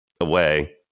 away